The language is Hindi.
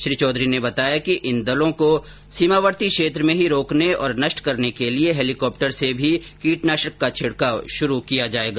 श्री चौधरी ने बताया कि इन दलों को सीमावर्ती क्षेत्र में ही रोकने और नष्ट करने के लिए हैलीकॉप्टर से भी कीटनाशक का छिड़काव शुरू किया जाएगा